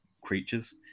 creatures